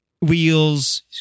wheels